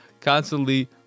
constantly